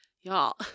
Y'all